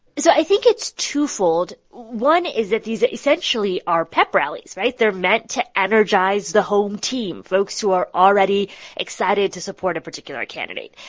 so i think it's twofold. one is that these, ah essentially, are pep rallies, right? they're meant to energize the home team, folks who are already excited to support a particular candidate.